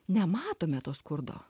nematome to skurdo